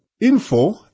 Info